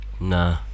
Nah